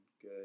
good